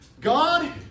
God